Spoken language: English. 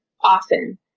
often